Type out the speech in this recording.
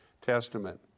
Testament